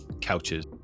couches